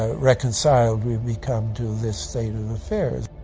ah reconciled we become to this state of affairs.